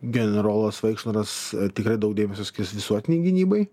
generolas vaikšnoras tikrai daug dėmesio skirs visuotinei gynybai